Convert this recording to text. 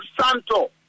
Santo